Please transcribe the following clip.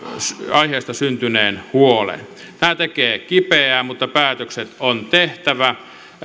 aiheesta syntyneen huolen tämä tekee kipeää mutta päätökset on tehtävä